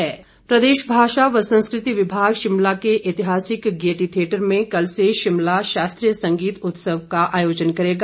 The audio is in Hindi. संगीत उत्सव प्रदेश भाषा व संस्कृति विभाग शिमला के ऐतिहासिक गेयटी थिएटर में कल से शिमला शास्त्रीय संगीत उत्सव का आयोजन करेगा